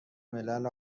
ملل